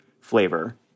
flavor